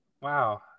wow